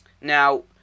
Now